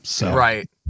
Right